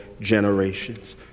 generations